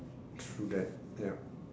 true that yup